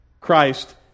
Christ